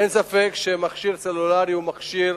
אין ספק שמכשיר סלולרי הוא מכשיר